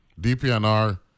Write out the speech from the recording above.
DPNR